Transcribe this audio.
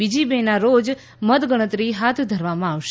બીજી મેના રોજ મતગણતરી હાથ ધરવામાં આવશે